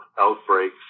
outbreaks